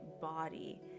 body